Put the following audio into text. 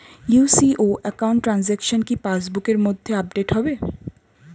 UCO account transaction কি পাস বুকের মধ্যে আপডেট হবে?